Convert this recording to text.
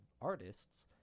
artists